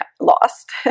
lost